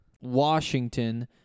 Washington